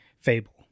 Fable